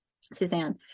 Suzanne